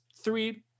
three